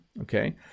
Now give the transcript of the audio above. okay